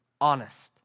honest